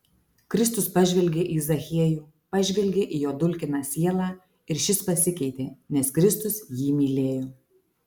kristus pažvelgė į zachiejų pažvelgė į jo dulkiną sielą ir šis pasikeitė nes kristus jį mylėjo